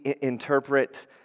interpret